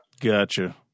Gotcha